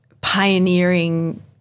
pioneering